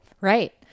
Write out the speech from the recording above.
Right